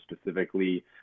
specifically